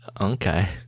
okay